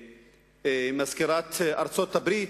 ממזכירת המדינה של ארצות-הברית,